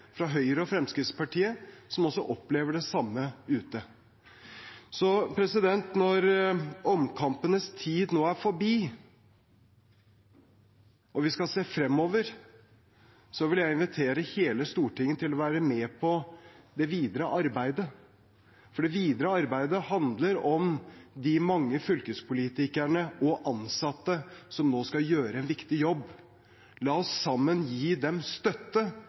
fra Venstre, Kristelig Folkeparti, Høyre og Fremskrittspartiet, som opplever det samme der ute. Når omkampenes tid nå er forbi, og vi skal se fremover, vil jeg invitere hele Stortinget til å være med på det videre arbeidet, for det videre arbeidet handler om de mange fylkespolitikerne og ansatte som nå skal gjøre en viktig jobb. La oss sammen gi dem støtte